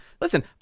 Listen